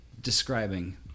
describing